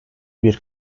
bir